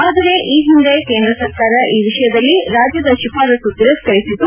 ಆದರೆ ಈ ಹಿಂದೆ ಕೇಂದ್ರ ಸರಕಾರ ಈ ವಿಷಯದಲ್ಲಿ ರಾಜ್ಯದ ಶಿಫಾರಸ್ಸು ತಿರಸ್ಕರಿಸಿತ್ತು